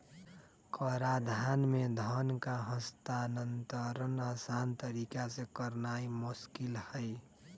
कराधान में धन का हस्तांतरण असान तरीका से करनाइ मोस्किल हइ